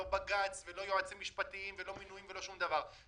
לא בג"ץ ולא יועצים משפטיים ולא מינויים ולא שום דבר.